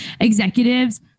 Executives